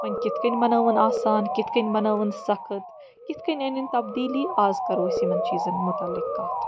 وۄنۍ کِتھ کٔنۍ بَنٲوٕن آسان کِتھ کٔنۍ بَنٲوٕن سَخٕت کِتھ کٔنۍ أنِن تَبدیٖلی آز کَرو أسۍ یِمَن چیٖزَن متعلق کَتھ